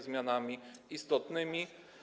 zmianami istotnymi.